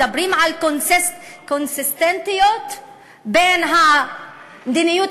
מדברים על קונסיסטנטיות בין המדיניות